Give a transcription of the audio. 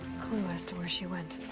clue as to where she went.